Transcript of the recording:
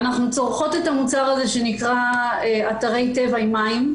אנחנו צורכות את המוצר הזה שנקרא אתרי טבע עם מים,